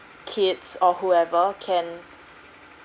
kids or whoever can